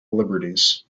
liberties